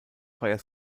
freier